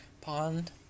pond